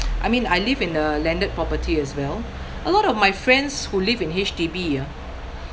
I mean I live in a landed property as well a lot of my friends who live in H_D_B ah